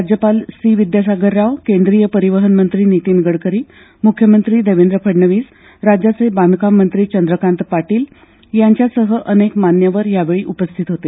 राज्यपाल सी विद्यासागर राव केंद्रीय परिवहन मंत्री नितीन गडकरी मुख्यमंत्री देवेंद्र फडणवीस राज्याचे बांधकाम मंत्री चंद्रकांत पाटील यांच्यासह अनेक मान्यवर यावेळी उपस्थित होते